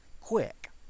quick